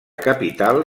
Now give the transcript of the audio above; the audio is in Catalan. capital